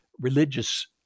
religious